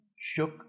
shook